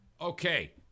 Okay